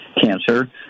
cancer